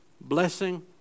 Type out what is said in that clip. Blessing